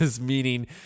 meaning